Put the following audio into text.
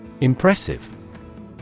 Impressive